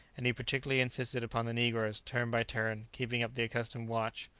and he particularly insisted upon the negroes, turn by turn, keeping up the accustomed watch.